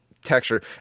Texture